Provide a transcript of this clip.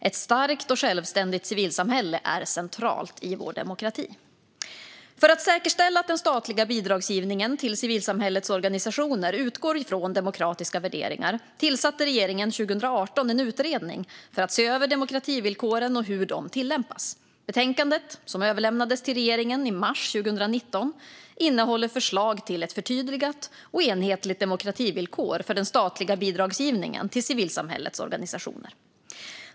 Ett starkt och självständigt civilsamhälle är centralt i vår demokrati. För att säkerställa att den statliga bidragsgivningen till civilsamhällets organisationer utgår ifrån demokratiska värderingar tillsatte regeringen 2018 en utredning för att se över demokrativillkoren och hur de tillämpas. Betänkandet, som överlämnades till regeringen i mars 2019, innehåller förslag till ett förtydligat och enhetligt demokrativillkor för den statliga bidragsgivningen till civilsamhällets organisationer.